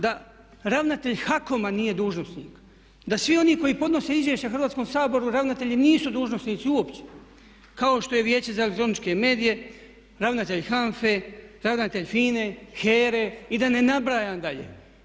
Da ravnatelj HAKOM-a nije dužnosnik, da svi oni koji podnose izvješća Hrvatskom saboru ravnatelji nisu dužnosnici uopće kao što je Vijeće za elektroničke medije, ravnatelj HANFA-e, ravnatelj FINA-e, HERA-e i da ne nabrajam dalje.